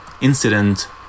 Incident